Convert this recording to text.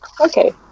Okay